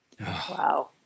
Wow